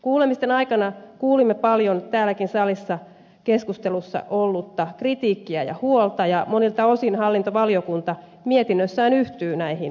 kuulemisten aikana kuulimme paljon täälläkin salissa keskustelussa ollutta kritiikkiä ja huolta ja monilta osin hallintovaliokunta mietinnössään yhtyy näihin huoliin